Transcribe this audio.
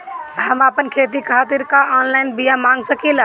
हम आपन खेती खातिर का ऑनलाइन बिया मँगा सकिला?